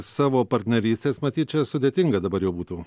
savo partnerystės matyt čia sudėtinga dabar jau būtų